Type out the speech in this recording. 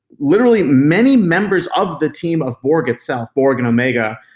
literally, many members of the team of borg itself, borg and omega,